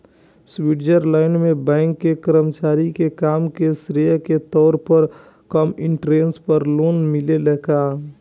Switzerland में bank के कर्मचारी के काम के श्रेय के तौर पर कम इंटरेस्ट पर लोन मिलेला का?